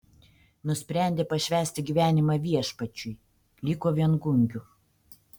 nusprendė pašvęsti gyvenimą viešpačiui liko viengungiu